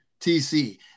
TC